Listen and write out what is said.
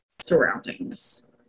surroundings